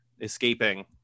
escaping